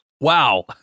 Wow